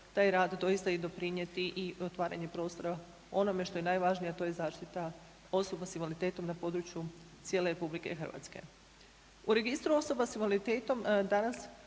taj rad doista doprinijeti i otvaranju prostora onome što je najvažnije, a to je zaštita osoba s invaliditetom na području cijele RH. U registru osoba s invaliditetom danas